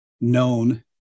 known